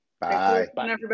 Bye